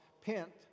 pent